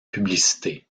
publicité